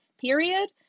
period